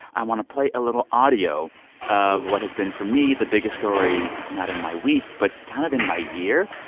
i want to play a little audio of what has been, for me, the biggest story not in my week, but kind of in my year.